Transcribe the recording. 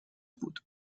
بود